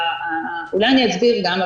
אולי אני אסביר גם.